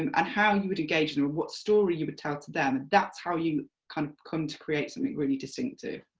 and ah how you would engage them and what story you would tell to them, and that's how you kind of come to create something really distinctive.